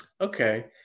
Okay